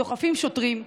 דוחפים שוטרים,